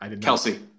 Kelsey